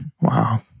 Wow